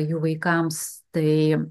jų vaikams tai